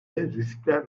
riskler